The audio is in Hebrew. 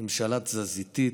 ממשלה תזזיתית,